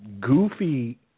goofy